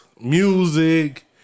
music